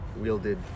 wielded